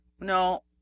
no